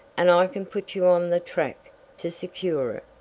and i can put you on the track to secure it.